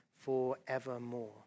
Forevermore